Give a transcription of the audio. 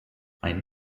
ein